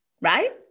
right